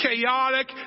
chaotic